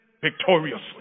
victoriously